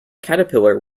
caterpillar